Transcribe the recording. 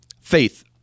Faith